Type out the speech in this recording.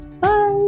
Bye